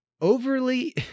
overly